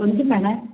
കൊഞ്ചും വേണം